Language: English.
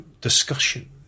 discussion